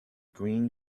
green